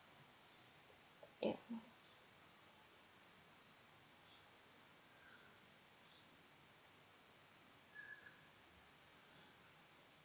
ya